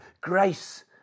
grace